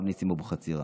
הרב נסים אבו חצירא,